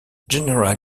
general